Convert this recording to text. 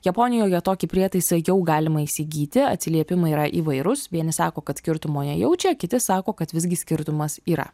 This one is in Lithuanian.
japonijoje tokį prietaisą jau galima įsigyti atsiliepimai yra įvairūs vieni sako kad skirtumo nejaučia kiti sako kad visgi skirtumas yra